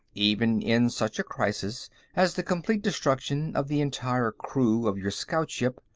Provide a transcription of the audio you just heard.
even in such a crisis as the complete destruction of the entire crew of your scout ship,